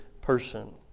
person